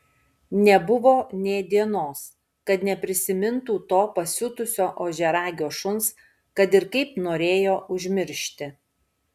nebuvo nė dienos kad neprisimintų to pasiutusio ožiaragio šuns kad ir kaip norėjo užmiršti